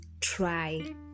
try